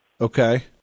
Okay